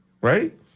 Right